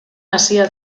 hasia